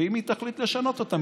ואם היא תחליט לשנות אותן,